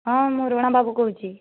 ହଁ ମୁଁ ରଣା ବାବୁ କହୁଛି